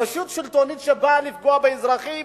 רשות שלטונית שבאה לפגוע באזרחים,